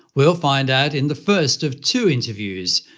we'll find out in the first of two interviews,